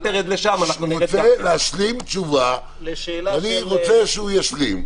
הוא רוצה להשלים תשובה, אני רוצה שהוא ישלים.